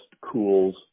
cools